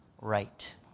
right